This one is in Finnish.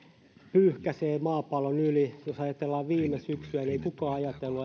pyyhkäisee maapallon yli jos ajatellaan viime syksyä niin ei kukaan ajatellut